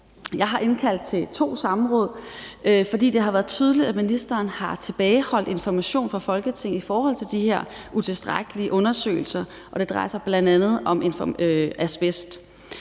Jeg har indkaldt til to samråd, fordi det har været tydeligt, at ministeren har tilbageholdt information for Folketinget i forhold til de her utilstrækkelige undersøgelser, og det drejer sig bl.a. om asbest.